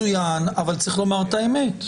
מצוין, אבל צריך להגיד את האמת.